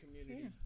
community